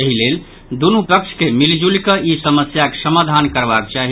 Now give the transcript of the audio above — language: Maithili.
एहि लेल दुनू पक्ष के मिलिजुलि कऽ ई समस्याक समाधान करबाक चाहि